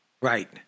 Right